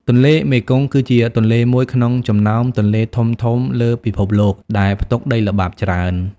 ទន្លេមេគង្គគឺជាទន្លេមួយក្នុងចំណោមទន្លេធំៗលើពិភពលោកដែលផ្ទុកដីល្បាប់ច្រើន។